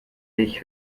ich